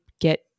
get